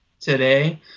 today